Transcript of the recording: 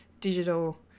digital